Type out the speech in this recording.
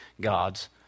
God's